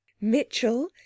Mitchell